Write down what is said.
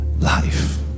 life